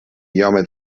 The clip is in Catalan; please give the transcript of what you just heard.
home